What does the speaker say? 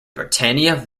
britannia